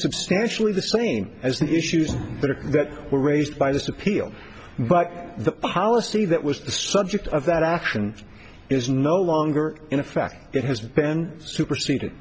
substantially the same as the issues that were raised by this appeal but the policy that was the subject of that action is no longer in effect it has been super